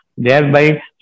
Thereby